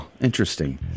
interesting